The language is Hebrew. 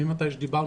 ממתי שדיברנו,